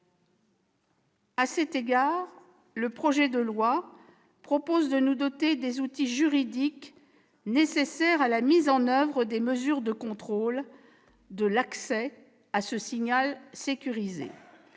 À cet égard, le projet de loi nous dote des outils juridiques nécessaires à la mise en oeuvre des mesures de contrôle de l'accès à ce signal sécurisé.